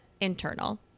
internal